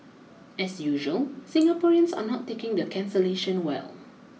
as usual Singaporeans are not taking the cancellation well